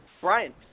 Brian